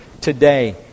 today